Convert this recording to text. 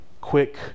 quick